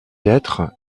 lettres